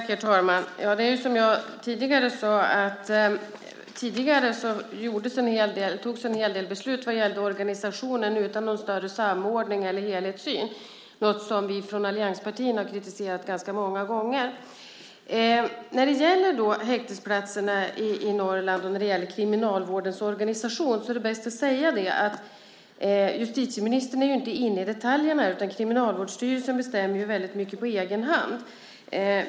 Herr talman! Som jag sade togs tidigare en hel del beslut vad gäller organisationen utan någon större samordning eller helhetssyn, något som vi från allianspartierna har kritiserat ganska många gånger. När det gäller häktesplatserna i Norrland och kriminalvårdens organisation är ju inte justitieministern inne i detaljerna. Kriminalvårdsstyrelsen bestämmer väldigt mycket på egen hand.